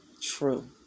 true